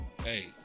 hey